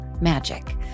magic